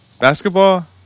basketball